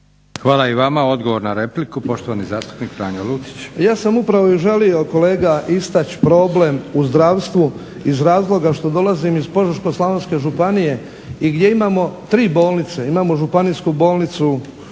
Hvala i vama. Odgovor na repliku poštovani zastupnik Franjo Lucić. **Lucić, Franjo (HDZ)** Ja sam upravo i želio kolega istaći problem u zdravstvu iz razloga što dolazim iz Požeško-slavonske županije i gdje imamo tri bolnice. Imamo županijsku bolnicu